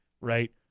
right